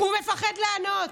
הוא מפחד לענות.